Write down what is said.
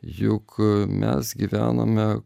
juk mes gyvename